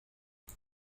هذه